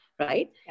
Right